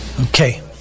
Okay